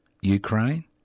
Ukraine